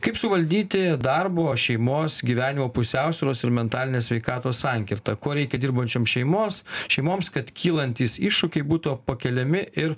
kaip suvaldyti darbo šeimos gyvenimo pusiausvyros ir mentalinės sveikatos sankirtą ko reikia dirbančiom šeimos šeimoms kad kylantys iššūkiai būtų pakeliami ir